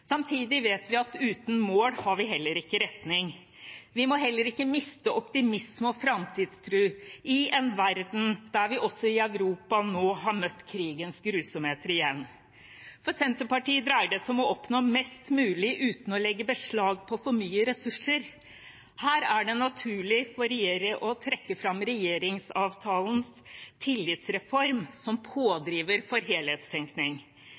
Samtidig vet vi at uten mål har vi heller ikke noen retning. Vi må heller ikke miste optimisme og framtidstro i en verden der vi også i Europa nå har møtt krigens grusomheter igjen. For Senterpartiet dreier det seg om å oppnå mest mulig uten å legge beslag på for mange ressurser. Her er det naturlig å trekke fram regjeringsavtalens tillitsreform som pådriver for helhetstenkning.